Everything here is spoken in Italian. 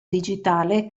digitale